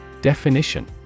Definition